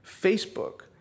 Facebook